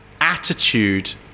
attitude